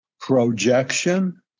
projection